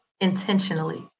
intentionally